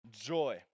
joy